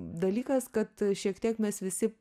dalykas kad šiek tiek mes visi